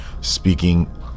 speaking